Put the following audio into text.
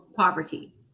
poverty